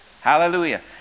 Hallelujah